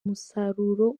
umusaruro